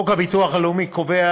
חוק הביטוח הלאומי קובע